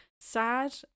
Sad